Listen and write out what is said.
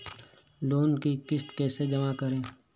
Loan की किश्त कैसे जमा करें?